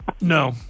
No